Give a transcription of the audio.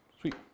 Sweet